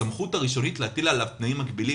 הסמכות הראשונית להטיל עליו תנאים מגבילים,